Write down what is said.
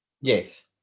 yes